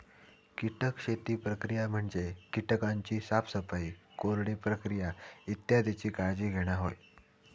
कीटक शेती प्रक्रिया म्हणजे कीटकांची साफसफाई, कोरडे प्रक्रिया इत्यादीची काळजी घेणा होय